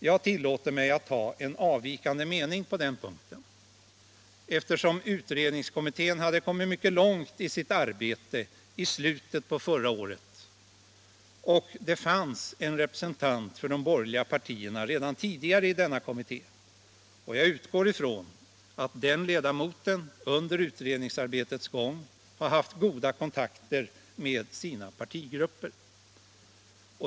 Jag tillåter mig att ha en avvikande mening på den punkten, eftersom utredningskommittén hade kommit mycket långt i sitt arbete i slutet av förra året och det fanns en representant för de borgerliga redan tidigare i denna kommitté. Jag utgår från att den ledamoten under utredningsarbetets gång haft goda kontakter med sina partigrupper.